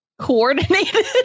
coordinated